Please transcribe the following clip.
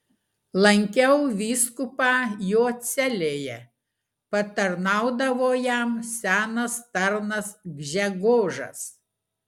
lankiau vyskupą jo celėje patarnaudavo jam senas tarnas gžegožas